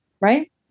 right